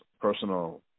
personal